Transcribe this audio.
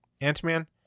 Ant-Man